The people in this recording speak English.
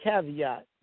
caveat